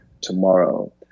tomorrow